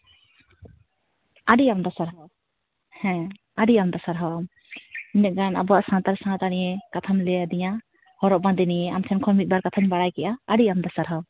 ᱟᱹᱰᱤ ᱟᱢᱫᱟ ᱥᱟᱨᱦᱟᱣ ᱦᱮᱸ ᱟᱹᱰᱤ ᱟᱢᱫᱟ ᱥᱟᱨᱦᱟᱣ ᱩᱱᱟᱹᱜ ᱜᱟᱱ ᱟᱵᱚᱣᱟᱜ ᱥᱟᱱᱛᱟᱲ ᱥᱟᱶᱛᱟ ᱱᱤᱭᱮ ᱠᱟᱛᱷᱟᱢ ᱞᱟᱹᱭᱟᱫᱤᱧᱟ ᱦᱚᱨᱚᱜ ᱵᱟᱸᱫᱮ ᱱᱤᱭᱮ ᱟᱢ ᱴᱷᱮᱱ ᱠᱷᱚᱱ ᱢᱤᱫ ᱵᱟᱨ ᱠᱟᱛᱷᱟᱧ ᱵᱟᱲᱟᱭ ᱠᱮᱫᱟ ᱟᱹᱰᱤ ᱟᱢᱫᱟ ᱥᱟᱨᱦᱟᱣ